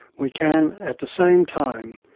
we can at the same time,